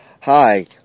Hi